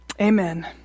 amen